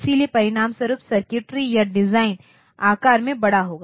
इसलिए परिणामस्वरूप सर्किटरी या डिज़ाइन आकार में बड़ा होगा